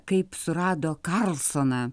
kaip surado karlsoną